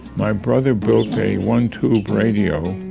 my brother built a one-tube radio,